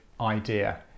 idea